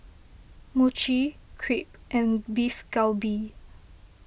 Mochi Crepe and Beef Galbi